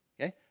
Okay